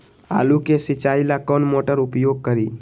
आलू के सिंचाई ला कौन मोटर उपयोग करी?